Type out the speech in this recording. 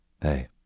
Hey